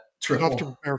triple